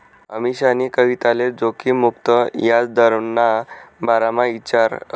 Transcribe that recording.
अमीशानी कविताले जोखिम मुक्त याजदरना बारामा ईचारं